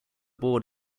board